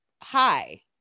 hi